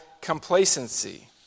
complacency